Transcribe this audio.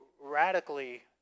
radically